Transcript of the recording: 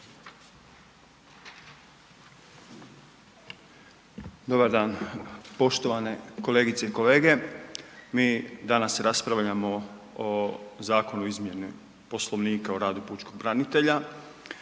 Dobar dan poštovane kolegice i kolege. Mi danas raspravljamo o Zakonu o izmjeni Poslovnika o radu pučkog branitelja